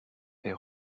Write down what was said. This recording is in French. est